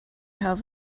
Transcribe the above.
have